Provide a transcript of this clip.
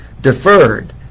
deferred